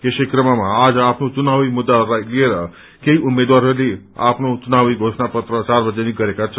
यसै क्रममा आज आफ्नो चुनावी मुद्दाहरूलाई लिएर केही उम्मेद्वारहरूले आफ्ना चुनावी घोषणा पत्र सार्वजनिक गरेका छन्